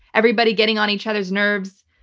everybody getting on each other's nerves,